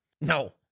No